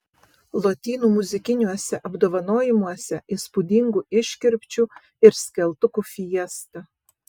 lotynų muzikiniuose apdovanojimuose įspūdingų iškirpčių ir skeltukų fiesta